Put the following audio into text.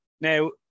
Now